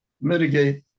mitigate